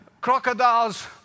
crocodiles